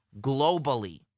globally